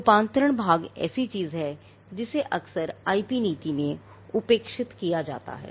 रूपांतरण भाग एक ऐसी चीज है जिसे अक्सर एक आईपी नीति में उपेक्षित किया जाता है